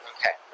Okay